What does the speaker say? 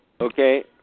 Okay